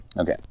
Okay